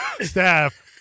staff